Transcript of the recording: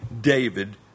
David